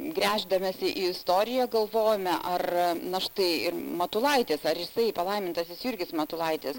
gręždamiesi į istoriją galvojame ar na štai ir matulaitis ar jisai palaimintasis jurgis matulaitis